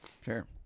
Sure